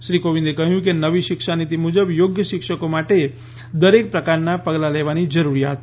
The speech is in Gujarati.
શ્રી કોવિંદે કહ્યું કે નવી શિક્ષા નીતિ મુજબ યોગ્ય શિક્ષકો માટે દરેક પ્રકારના પગલા લેવાની જરૂરિયાત છે